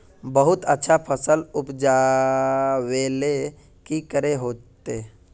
बहुत अच्छा फसल उपजावेले की करे होते?